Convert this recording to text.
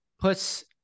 puts